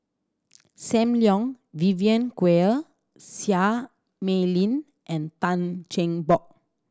Sam Leong Vivien Quahe Seah Mei Lin and Tan Cheng Bock